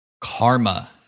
Karma